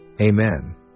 Amen